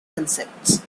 concepts